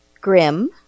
Grim